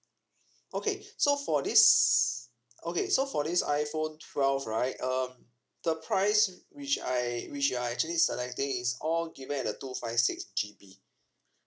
okay so for this okay so for this iphone twelve right um the price which I which you're actually selecting is all given at the two five six G_B